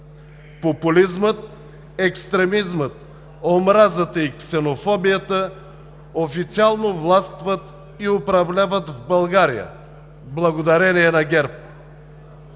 Популизмът, екстремизмът, омразата и ксенофобията официално властват и управляват в България благодарение на ГЕРБ.